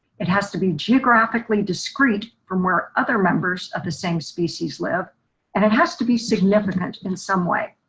it has to be geographically discreet from our other members of the same species live and it has to be significant in some way.